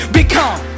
become